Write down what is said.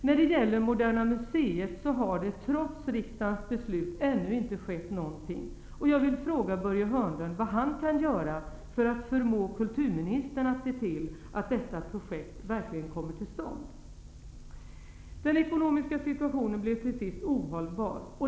När det gäller Moderna museet har det trots riksdagens beslut ännu inte skett någonting. Jag vill fråga Börje Hörnlund vad han kan göra för att förmå kulturministern att se till att detta projekt verkligen kommer till stånd. Den ekonomiska situationen blev till sist ohållbar.